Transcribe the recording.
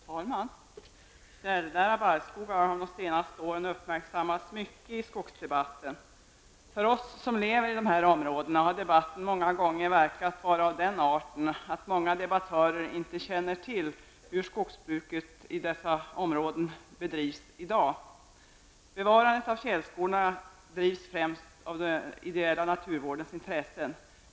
Fru talman! Fjällnära barrskogar har de senaste åren uppmärksammats mycket i skogsdebatten. För oss som lever i dessa områden har debatten många gånger verkat vara av den arten, att många debattörer inte känner till hur skogsbruket i dessa områden bedrivs i dag. Bevarandet av fjällskogarna drivs främst av den ideella naturvårdens intressen.